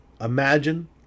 Imagine